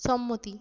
সম্মতি